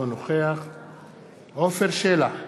נוכח עפר שלח,